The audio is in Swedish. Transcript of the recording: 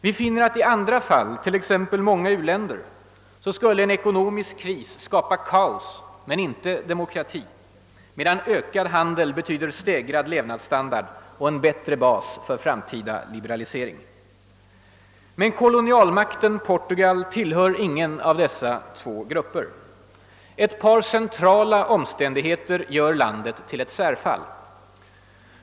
Vi finner att i andra fall, t.ex. många u-länder, skulle en ekonomisk kris skapa kaos men inte demokrati, medan ökad handel betyder stegrad levnadsstandard och en bättre bas för framtida liberalisering. Men kolonialmakten Portugal tillhör ingen av dessa två grupper. Ett par centrala omständigheter gör landet till ett särfall.